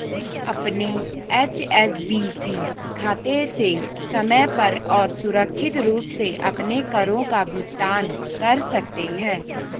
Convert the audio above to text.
अपने एच.एस.बी.सी खाते से समय पर और सुरक्षित रूप से अपने करों का भुगतान कर सकते हैं